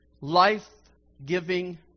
life-giving